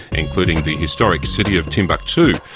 including the historic city of timbuktu,